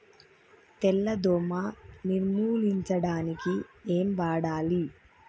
తెల్ల దోమ నిర్ములించడానికి ఏం వాడాలి?